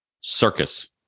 circus